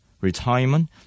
retirement